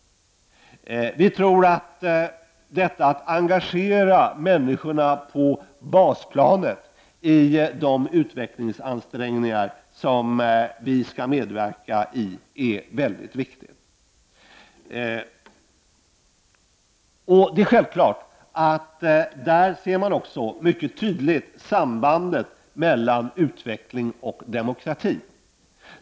Vi tror att det är väldigt viktigt att engagera människorna på basplanet i de utvecklingsansträngningar som vi skall medverka till. Det är självklart att man på den punkten mycket tydligt ser sambandet mellan utveckling och demokrati.